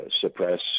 Suppress